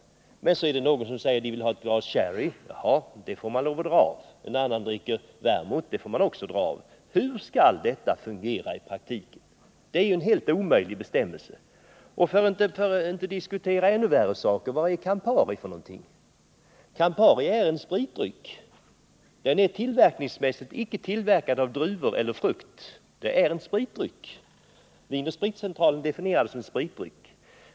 Men så är det någon som säger att han vill ha ett glas sherry. Det får man lov att dra av. En annan dricker vermut — det får man också dra av. Hur skall detta fungera i praktiken? Det är ju en helt omöjlig bestämmelse. Och — för att inte diskutera ännu värre saker — vad är Campari för någonting? Campari är en spritdryck — den är icke tillverkad av druvor eller frukt. Vin & Spritcentralen definierar också Campari som spritdryck.